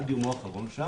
עד יומו האחרון,